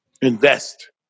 Invest